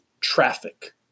traffic